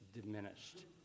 diminished